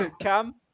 Cam